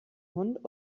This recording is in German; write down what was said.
hund